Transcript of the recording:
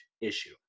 issue